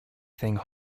thing